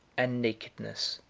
and nakedness,